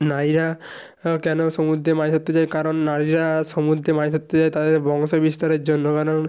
নারীরা কেন সমুদ্রে মাছ ধরতে যায় কারণ নারীরা সমুদ্রে মাছ ধরতে যায় তাদের বংশ বিস্তারের জন্য কারণ